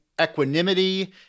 equanimity